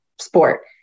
sport